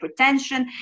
hypertension